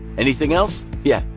anything else? yep,